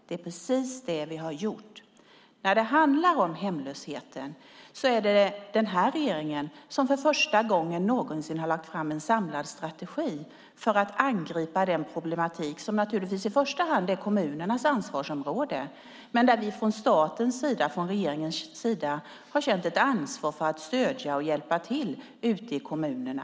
Det är precis det vi har gjort. När det handlar om hemlösheten är det den nuvarande regeringen som, för första gången någonsin, har lagt fram en samlad strategi för att angripa den problematiken. Det är visserligen i första hand kommunernas ansvarsområde men vi har från statens sida, från regeringens sida, känt ett ansvar för att stödja och hjälpa till ute i kommunerna.